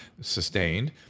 sustained